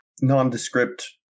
Nondescript